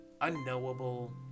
unknowable